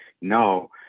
no